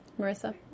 Marissa